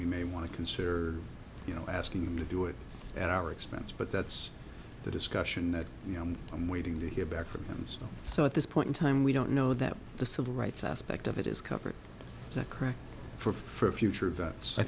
we may want to consider you know asking them to do it at our expense but that's the discussion that i'm waiting to hear back from them so so at this point in time we don't know that the civil rights aspect of it is covered is that correct for a future event so i